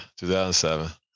2007